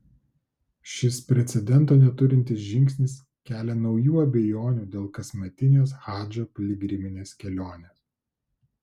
šis precedento neturintis žingsnis kelia naujų abejonių dėl kasmetinės hadžo piligriminės kelionės